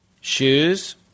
Shoes